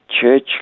church